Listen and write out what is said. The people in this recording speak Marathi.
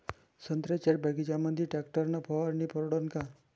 संत्र्याच्या बगीच्यामंदी टॅक्टर न फवारनी परवडन का?